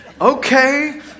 okay